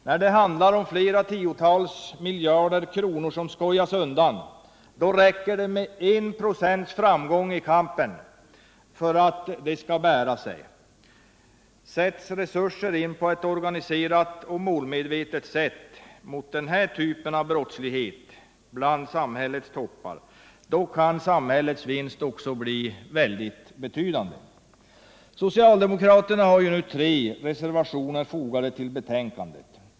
När det handlar om flera tiotal miljarder kronor som skojas undan, då räcker det med en procents framgång i kampen för att det skall bära sig. Sätts resurser in på ett organiserat och målmedvetet sätt mot den här typen av brottslighet bland samhällets toppar, då kan samhällets vinst bli mycket betydande. Socialdemokraterna har tre reservationer fogade till betänkandet.